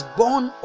born